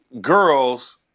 girls